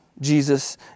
Jesus